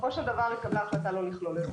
בסופו של דבר התקבלה החלטה לא לכלול את זה.